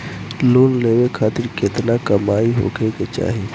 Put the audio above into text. Loan लेवे खातिर केतना कमाई होखे के चाही?